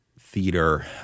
theater